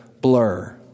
blur